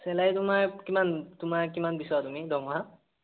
salary তোমাৰ কিমান তোমাৰ কিমান বিচৰা তুমি দৰমহা